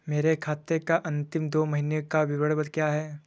मेरे खाते का अंतिम दो महीने का विवरण क्या है?